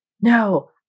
no